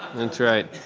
that's right.